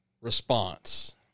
response